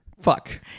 fuck